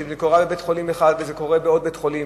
שזה קורה בבית-חולים אחד וזה קורה בעוד בית-חולים,